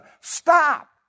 Stop